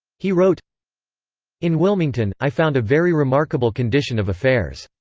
he wrote in wilmington, i found a very remarkable condition of affairs.